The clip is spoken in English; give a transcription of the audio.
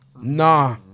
Nah